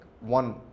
one